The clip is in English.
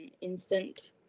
instant